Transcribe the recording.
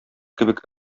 кебек